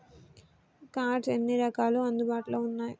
Cards ఎన్ని రకాలు అందుబాటులో ఉన్నయి?